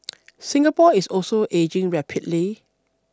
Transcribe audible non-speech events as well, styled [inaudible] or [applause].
[noise] Singapore is also ageing rapidly